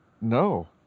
No